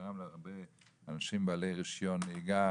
שגרם להרבה אנשים עם רישיון נהיגה,